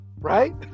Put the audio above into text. right